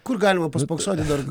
kur galima paspoksoti dar